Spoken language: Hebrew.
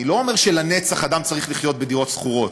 אני לא אומר שלנצח אדם צריך לחיות בדירות שכורות,